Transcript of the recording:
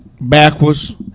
backwards